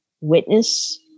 witness